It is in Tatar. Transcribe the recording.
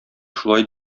шулай